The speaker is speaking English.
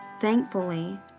Thankfully